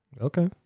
Okay